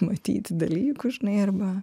matyti dalykus žinai arba